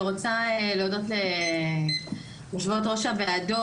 אני רוצה להודות ליושבות-ראש הוועדות.